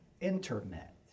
internet